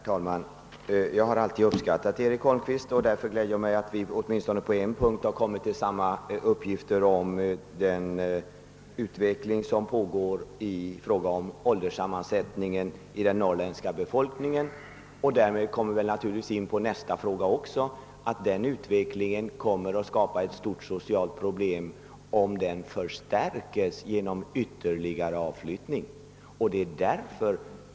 Herr talman! Jag har alltid uppskattat Eric Holmqvist, och därför gläder jag mig över att vi åtminstone på en punkt kommit till samma uppfattning, nämligen i fråga om den utveckling som pågår beträffande ålderssammansättningen hos den norrländska befolkningen. Men denna utveckling kommer också att skapa ett stort socialt problem, om den förstärkes genom ytterligare avflyttning.